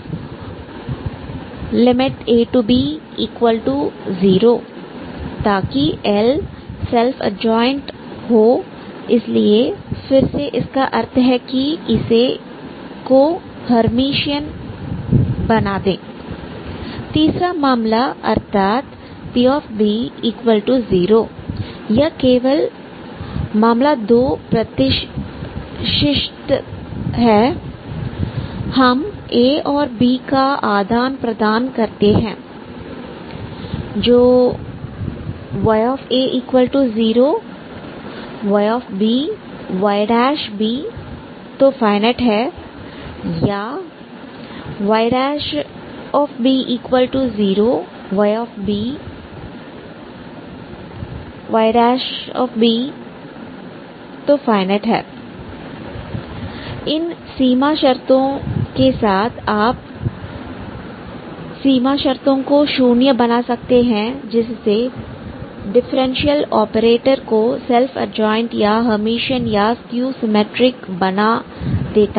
ab0 ताकि L self adjoint हो इसलिए फिर से इसका अर्थ है कि इसे को हेयरमिशन बना दे तीसरा मामला अर्थात pb0 यह केवल मामला दो प्रतिष्ठित है हम a b का आदान प्रदान करते हैं ya0 ybyb are finite oryb0 yb yb are finite इन सीमा शर्तों के साथ आप सीमा शर्तों को शून्य बना सकते हैं जिससे डिफरेंशियल ऑपरेटर को सेल्फ एडज्वाइंट या हेयरमिशन या स्कयू सिमिट्रिक बना देता है